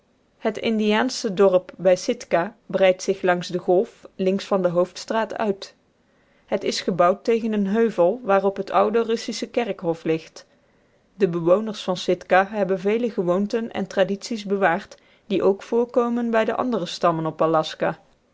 het indiaansche dorp bij sitka breidt zich langs de golf links van de hoofdstraat uit het is gebouwd tegen eenen heuvel waarop het oude russische kerkhof ligt de bewoners van sitka hebben vele gewoonten en tradities bewaard die ook voorkomen bij de andere stammen op aljaska